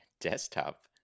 desktop